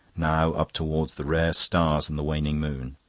now up towards the rare stars and the waning moon.